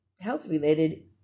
health-related